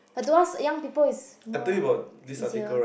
but to us young people is more is easier